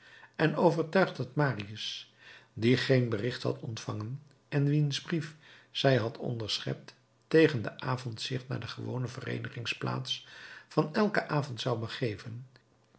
en overtuigd dat marius die geen bericht had ontvangen en wiens brief zij had onderschept tegen den avond zich naar de gewone vereenigingsplaats van elken avond zou begeven